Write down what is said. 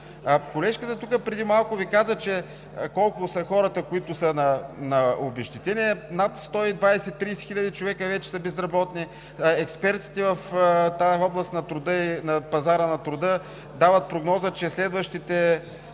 Колежката преди малко Ви каза, че колко са хората, които са на обезщетение – над 120 – 130 000 човека вече са безработни. Експертите в тази област на пазара на труда дават прогноза, че ще